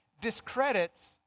discredits